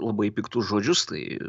labai piktus žodžius tai